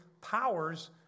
powers